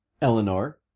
Eleanor